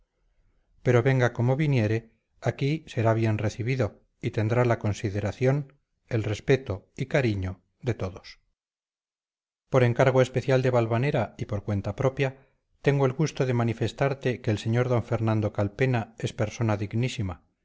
pero venga como viniere aquí será bien recibido y tendrá la consideración el respeto y cariño de todos por encargo especial de valvanera y por cuenta propia tengo el gusto de manifestarte que el sr d fernando calpena es persona dignísima